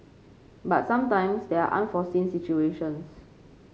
but sometimes there are unforeseen situations